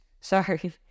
Sorry